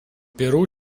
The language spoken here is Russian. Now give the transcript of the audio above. перу